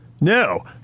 No